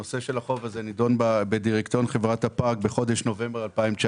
הנושא של החוב הזה נידון בדירקטוריון חברת הפארק בחודש נובמבר 2019,